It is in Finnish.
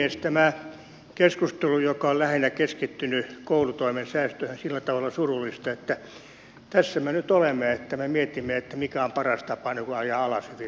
tämä keskustelu joka on lähinnä keskittynyt koulutoimen säästöihin on sillä tavalla surullista että tässä me nyt olemme me mietimme mikä on paras tapa ajaa alas hyvinvointiyhteiskuntaa